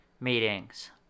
meetings